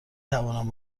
توانم